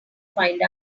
find